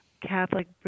Catholic